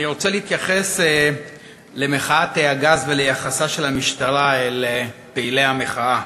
אני רוצה להתייחס למחאת הגז וליחסה של המשטרה אל פעילי המחאה,